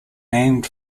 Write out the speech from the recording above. named